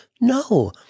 No